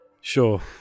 sure